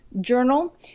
journal